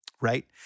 right